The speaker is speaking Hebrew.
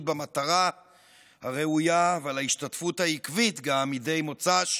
במטרה הראויה ועל ההשתתפות העקבית גם מדי מוצ"ש